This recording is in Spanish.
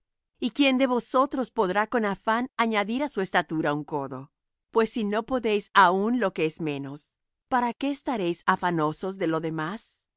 y quién de vosotros podrá con afán añadir á su estatura un codo pues si no podéis aun lo que es menos para qué estaréis afanosos de lo demás